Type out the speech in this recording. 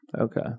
Okay